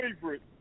favorite